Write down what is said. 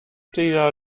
der